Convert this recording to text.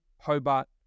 Hobart